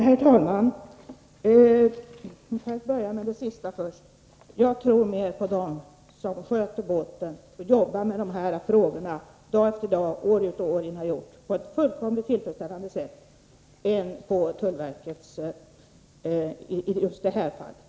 Herr talman! För att börja med det som anfördes senast: Jag tror mer på dem som sköter båten och jobbar med dessa frågor — och har gjort det dag efter dag, år ut och år in på ett fullt tillfredsställande sätt — än på tullverket i just det här fallet.